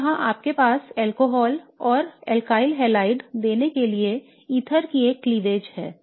तो यहाँ आपके पास अल्कोहल और अल्काइल आयोडाइड देने के लिए ईथर की एक दरार है